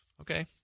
okay